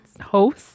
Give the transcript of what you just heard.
host